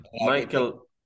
Michael-